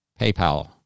PayPal